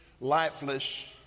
lifeless